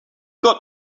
got